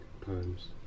poems